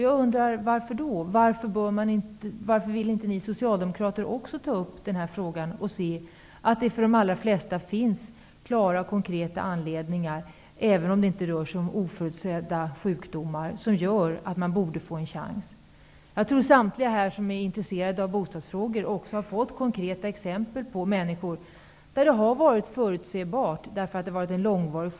Jag undrar varför Socialdemokraterna inte vill ta upp den frågan. Det finns klara och konkreta anledningar -- även om det inte rör sig om oförutsedd sjukdom -- till att människor borde få en chans. Jag tror att samtliga här som är intresserade av bostadsfrågor har fått konkreta exempel på att det har varit förutsebart när människor inte har betalat sin hyra.